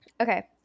Okay